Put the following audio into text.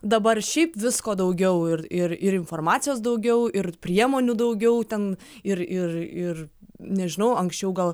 dabar šiaip visko daugiau ir ir ir informacijos daugiau ir priemonių daugiau ten ir ir ir nežinau anksčiau gal